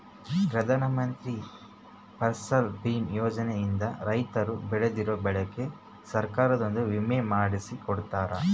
ಪ್ರಧಾನ ಮಂತ್ರಿ ಫಸಲ್ ಬಿಮಾ ಯೋಜನೆ ಇಂದ ರೈತರು ಬೆಳ್ದಿರೋ ಬೆಳೆಗೆ ಸರ್ಕಾರದೊರು ವಿಮೆ ಮಾಡ್ಸಿ ಕೊಡ್ತಾರ